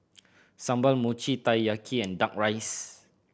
sambal Mochi Taiyaki and Duck Rice